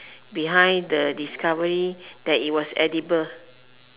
behind the discovery that it was edible